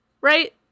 right